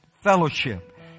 fellowship